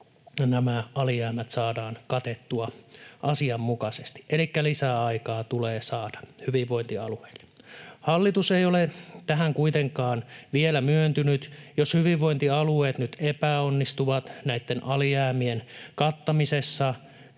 että alijäämät saadaan katettua asianmukaisesti. Elikkä lisäaikaa tulee saada hyvinvointialueille. Hallitus ei ole tähän kuitenkaan vielä myöntynyt. Jos hyvinvointialueet nyt epäonnistuvat alijäämien kattamisessa,